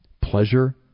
Pleasure